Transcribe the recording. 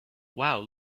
wow